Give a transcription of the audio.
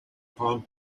palm